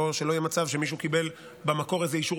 שלא יהיה מצב שמישהו קיבל במקור איזה אישור